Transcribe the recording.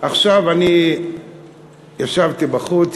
עכשיו אני ישבתי בחוץ,